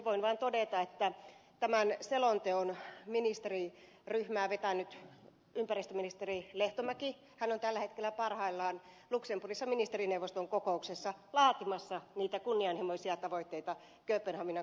voin vain todeta että tämän selonteon ministeriryhmää vetänyt ympäristöministeri lehtomäki on tällä hetkellä parhaillaan luxemburgissa ministerineuvoston kokouksessa laatimassa niitä kunnianhimoisia tavoitteita kööpenhaminan kokousta varten